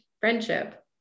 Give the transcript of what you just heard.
friendship